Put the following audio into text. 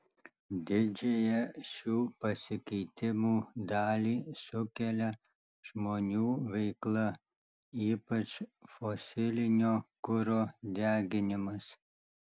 didžiąją šių pasikeitimų dalį sukelia žmonių veikla ypač fosilinio kuro deginimas